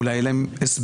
אולי יהיה להם הסבר,